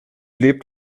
lebt